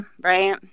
right